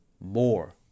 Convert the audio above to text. more